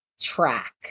track